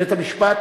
בית-המשפט,